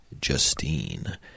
Justine